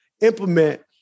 implement